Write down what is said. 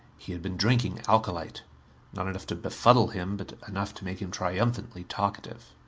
he had been drinking alcolite not enough to befuddle him, but enough to make him triumphantly talkative.